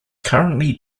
currently